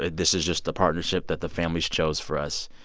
this is just a partnership that the families chose for us,